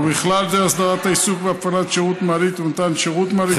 ובכלל זה הסדרת העיסוק בהפעלת שירות מעלית ובמתן שירות מעלית,